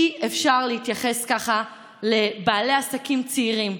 אי-אפשר להתייחס ככה לבעלי עסקים צעירים,